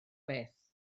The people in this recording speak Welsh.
beth